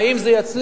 האם זה יצליח?